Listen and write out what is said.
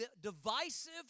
divisive